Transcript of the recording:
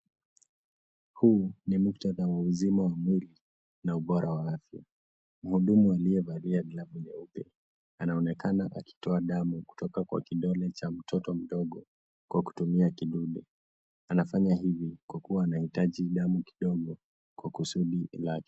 Huu ni muktadha wa uzima wa mwili na ubora wa afya. Mhudumu aliye valia glavu nyeupe anaonekana akitoa damu kutoka kwa kidole cha mtoto mdomo kwa kutumia kidude. Anafanya hivi kwa kuwa anahitaji damu kidogo kwa kusudi lake.